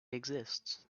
exists